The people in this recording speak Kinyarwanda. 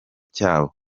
cyabo